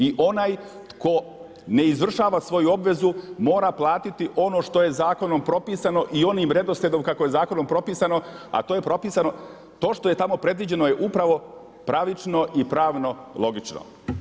I onaj tko ne izvršava svoju obvezu mora platiti ono što je zakonom propisano i onim redoslijedom kako je zakonom propisano a to je propisano, to što je tamo predviđeno je upravo pravično i pravno logično.